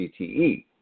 CTE